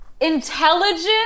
intelligent